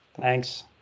Thanks